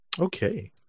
Okay